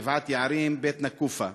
גבעת-יערים ובית-נקופה,